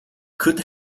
could